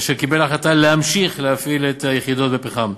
אשר קיבל החלטה להמשיך להפעיל את היחידות בפחם.